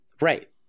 Right